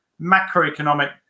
macroeconomic